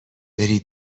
بری